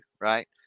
right